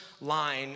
line